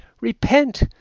repent